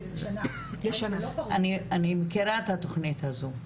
אני מכירה את התכנית הזו.